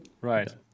Right